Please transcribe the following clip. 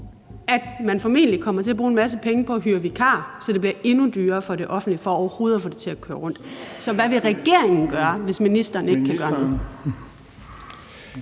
at man formentlig kommer til at bruge en masse penge på at hyre vikarer, så det bliver endnu dyrere for det offentlige, for overhovedet at få det til at køre rundt. Så hvad vil regeringen gøre, hvis ministeren ikke kan gøre noget?